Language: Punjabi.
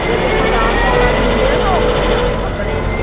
ਅਤੇ ਇੱਕ ਦਾਲ ਪਾਉਣ ਵਾਲੇ ਹੁੰਦੇ ਆ ਨਾ ਆਪਣੇ